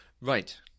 Right